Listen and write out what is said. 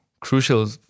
crucial